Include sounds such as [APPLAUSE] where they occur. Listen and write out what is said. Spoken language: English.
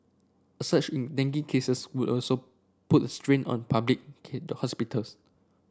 a surge in dengue cases would also put a strain on public [UNINTELLIGIBLE] hospitals